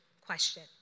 question